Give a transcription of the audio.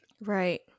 Right